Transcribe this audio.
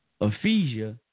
Ephesia